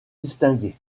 distinguée